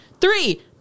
Three